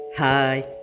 Hi